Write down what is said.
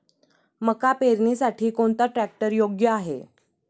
मका पेरणीसाठी कोणता ट्रॅक्टर योग्य आहे?